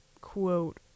quote